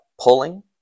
pulling